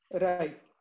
Right